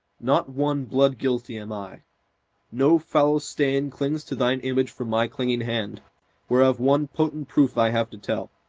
not one blood-guilty am i no foul stain clings to thine image from my clinging hand whereof one potent proof i have to tell.